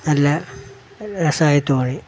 നല്ല രസമായി തോന്നി